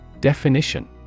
Definition